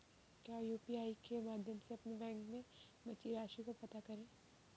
क्या यू.पी.आई के माध्यम से अपने बैंक में बची राशि को पता कर सकते हैं?